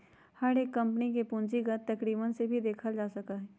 हर एक कम्पनी के पूंजीगत तरीकवन से ही देखल जा सका हई